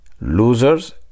losers